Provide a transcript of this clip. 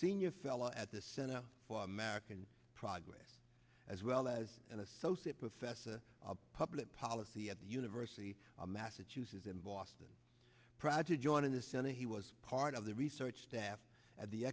senior fellow at the center for american progress as well as an associate professor of public policy at the university of massachusetts in boston proud to join in the senate he was part of the research staff at the